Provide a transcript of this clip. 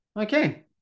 Okay